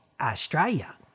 Australia